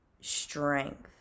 strength